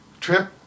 trip